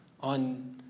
on